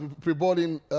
pre-boarding